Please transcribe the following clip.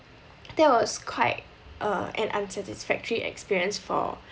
that was quite uh an unsatisfactory experience for